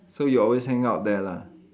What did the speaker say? so you always hang out there lah